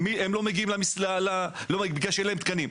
הם לא מגיעים כי אין להם תקנים.